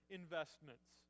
investments